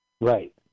Right